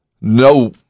no